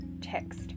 text